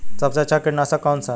सबसे अच्छा कीटनाशक कौन सा है?